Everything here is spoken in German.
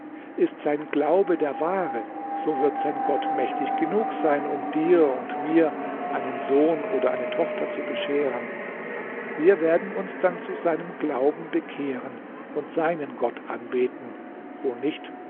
ist sein glaube der wahre so wird sein gott mächtig genug sein um dir und mir einen sohn oder eine tochter zu bescheren wir werden uns dann zu seinem glauben bekehren und seinen gott anbeten wo nicht